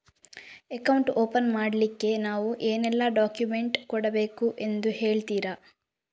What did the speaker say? Account open ಮಾಡ್ಲಿಕ್ಕೆ ನಾವು ಏನೆಲ್ಲ ಡಾಕ್ಯುಮೆಂಟ್ ಕೊಡಬೇಕೆಂದು ಹೇಳ್ತಿರಾ?